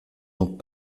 donc